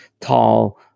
tall